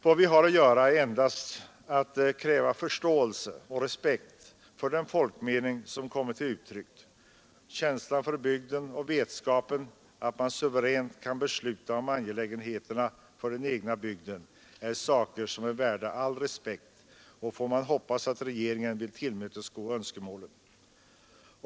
Vad vi kan göra är endast att kräva förståelse och respekt för den folkmening som kommit till uttryck. Känslan för bygden och vetskapen att man suveränt kan besluta om angelägenheterna för den egna bygden är saker som är värda all respekt, och man får hoppas att regeringen vill tillmötesgå önskemålen.